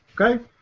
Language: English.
Okay